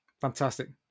fantastic